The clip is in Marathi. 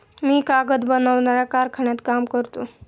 मी कागद बनवणाऱ्या कारखान्यात काम करतो